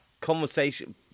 conversation